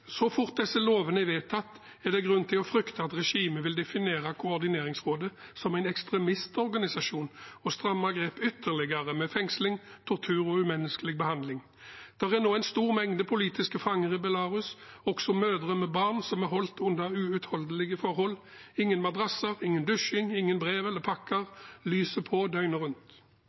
Så fort disse lovene er vedtatt, er det grunn til å frykte at regimet vil definere koordineringsrådet som en ekstremistorganisasjon og stramme grepet ytterligere med fengsling, tortur og umenneskelig behandling. Det er nå en stor mengde politiske fanger i Belarus, og også mødre med barn blir holdt under uutholdelige forhold – ingen madrasser, ingen dusjing, ingen brev eller pakker, lyset på døgnet rundt.